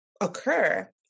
occur